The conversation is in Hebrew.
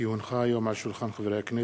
כי הונחה היום על שולחן הכנסת,